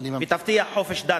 ו"תבטיח חופש דת,